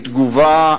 היא תגובה